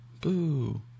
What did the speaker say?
boo